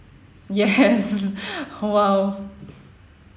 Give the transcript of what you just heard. yes !wow!